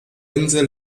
insel